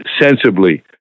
sensibly